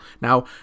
Now